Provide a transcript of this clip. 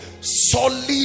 solid